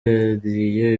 yariye